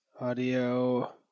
audio